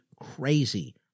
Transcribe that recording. crazy